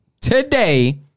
today